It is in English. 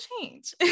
change